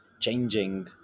changing